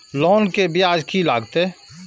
Loan के ब्याज की लागते?